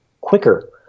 quicker